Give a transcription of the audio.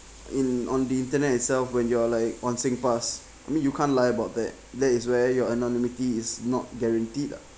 in on the internet itself when you are like on singpass I mean you can't lie about that that is where your anonymity is not guaranteed ah